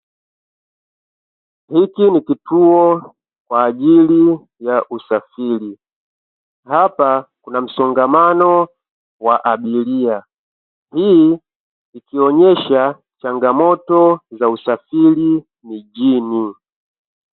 Hiki ni kituo kwa ajili ya usafiri, hapa kuna msongamano wa abiria, hii ikionyesha changamoto za usafiri mijini.